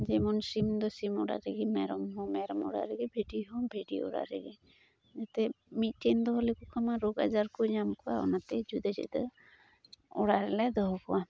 ᱡᱮᱢᱚᱱ ᱥᱤᱢᱫᱚ ᱥᱤᱢ ᱚᱲᱟᱜ ᱨᱮᱜᱮ ᱢᱮᱨᱚᱢᱦᱚᱸ ᱢᱮᱨᱚᱢ ᱚᱲᱟᱜ ᱨᱮᱜᱮ ᱵᱷᱤᱰᱤᱦᱚᱸ ᱵᱷᱤᱰᱤ ᱚᱲᱟᱜ ᱨᱮᱜᱮ ᱮᱱᱛᱮᱫ ᱢᱤᱫᱴᱷᱮᱱ ᱫᱚ ᱵᱚᱞᱮ ᱠᱚᱠᱷᱚᱱᱚ ᱨᱳᱜᱽ ᱟᱡᱟᱨᱠᱚ ᱧᱟᱢ ᱠᱚᱣᱟ ᱚᱱᱟᱛᱮ ᱡᱩᱫᱟᱹ ᱡᱩᱫᱟᱹ ᱚᱲᱟᱜᱨᱮ ᱞᱮ ᱫᱚᱦᱚ ᱠᱚᱣᱟ